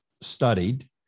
studied